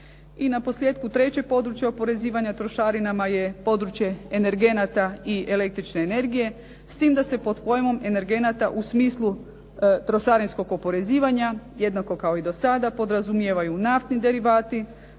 I naposljetku treće područje oporezivanja trošarinama je područje energenata i električne energije s tim da se pod pojmom energenata u smislu trošarinskog oporezivanja jednako kao i do sada podrazumijevaju naftni derivati,